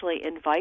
invite